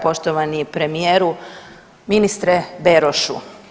Poštovani premijeru, ministre Berošu.